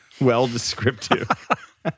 well-descriptive